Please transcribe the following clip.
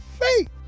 faith